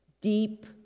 deep